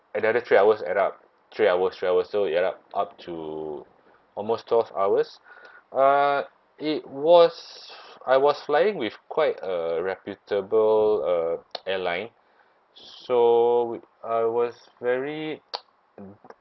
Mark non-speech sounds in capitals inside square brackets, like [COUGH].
another three hours add up three hours three hours so it add up up to almost twelve hours uh it was I was flying with quite a reputable uh [NOISE] airline so I was very [NOISE]